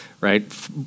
right